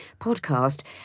podcast